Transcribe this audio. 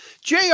JR